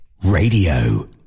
Radio